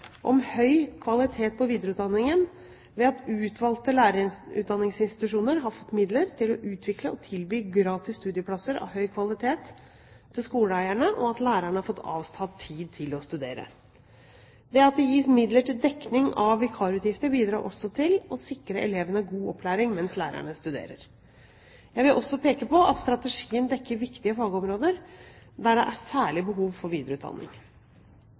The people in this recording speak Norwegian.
om høy kvalitet på videreutdanningen ved at utvalgte lærerutdanningsinstitusjoner har fått midler til å utvikle og tilby gratis studieplasser av høy kvalitet til skoleeierne, og at lærerne har fått avsatt tid til å studere. Det at det gis midler til dekning av vikarutgifter, bidrar også til å sikre elevene god opplæring mens lærerne studerer. Jeg vil også peke på at strategien dekker viktige fagområder der det er særlig behov for videreutdanning.